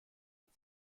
und